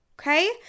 Okay